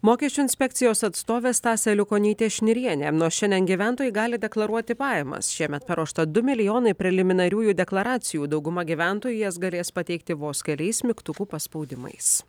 mokesčių inspekcijos atstovė stasė aliukonytė šnirienė nuo šiandien gyventojai gali deklaruoti pajamas šiemet paruošta du milijonai preliminariųjų deklaracijų dauguma gyventojų jas galės pateikti vos keliais mygtukų paspaudimais